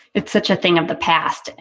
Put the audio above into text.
it's such a thing of the past. and